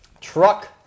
Truck